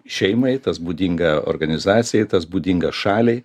šeimai tas būdinga organizacijai tas būdinga šaliai